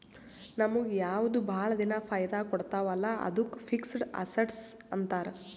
ನಮುಗ್ ಯಾವ್ದು ಭಾಳ ದಿನಾ ಫೈದಾ ಕೊಡ್ತಾವ ಅಲ್ಲಾ ಅದ್ದುಕ್ ಫಿಕ್ಸಡ್ ಅಸಸ್ಟ್ಸ್ ಅಂತಾರ್